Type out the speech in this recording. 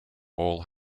all